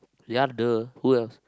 ya duh who else